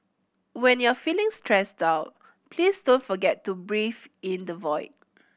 when you are feeling stressed out please don't forget to breathe in the void